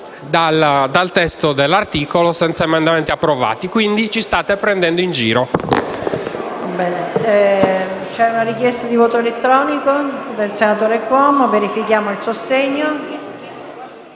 dal testo dell'articolo senza emendamenti approvati. Quindi, ripeto che ci state prendendo in giro.